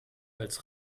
als